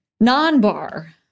non-bar